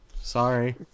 sorry